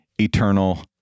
eternal